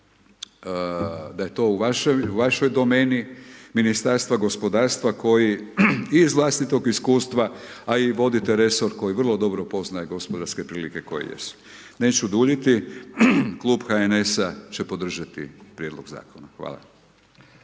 da je to u vašoj domeni Ministarstva gospodarstva koji i iz vlastitog iskustva, a i vodite resor koji vrlo dobro poznaje gospodarske prilike koje jesu. Neću duljiti, Klub HNS-a će podržati prijedlog zakona. Hvala.